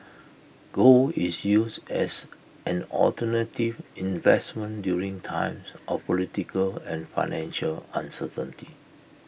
gold is used as an alternative investment during times of political and financial uncertainty